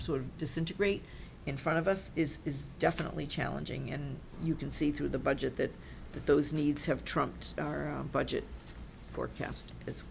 sort of disintegrate in front of us is is definitely challenging and you can see through the budget that those needs have trumped budget forecast as